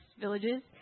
villages